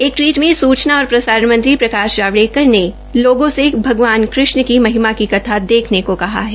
एक ट्वीटमें सूचना एवं प्रसारण मंत्री प्रकाश जावडेकर ने लोगों से भगवान कृष्ण की महिमा की कथा देखने को कहा है